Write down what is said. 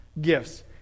gifts